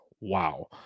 Wow